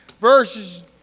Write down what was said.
verses